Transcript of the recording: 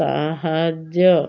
ସାହାଯ୍ୟ